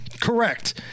Correct